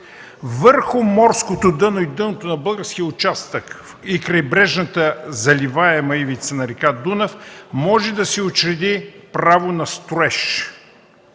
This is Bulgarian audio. върху морското дъно и дъното на българския участък и крайбрежната заливаема ивица на р. Дунав може да се учреди право на строеж…”